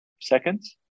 seconds